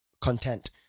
content